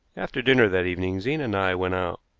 after dinner that evening zena and i went out.